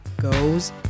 goes